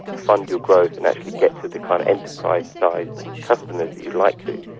fund your growth and actually get to the kind of enterprise size customers that you'd like to.